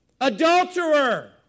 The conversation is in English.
adulterer